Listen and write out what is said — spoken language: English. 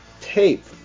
tape